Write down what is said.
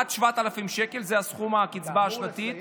עד 7,000 שקל, זה סכום הקצבה השנתית,